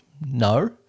No